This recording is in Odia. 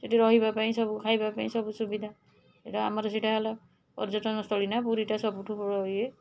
ସେଇଠି ରହିବାପାଇଁ ସବୁ ଖାଇବାପାଇଁ ସବୁ ସୁବିଧା ଏଇଟା ଆମର ସେଇଟା ହେଲା ପର୍ଯ୍ୟଟନସ୍ଥଳୀ ନା ପୁରୀ ସବୁଠୁ ବଡ଼ ଇଏ